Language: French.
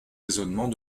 raisonnements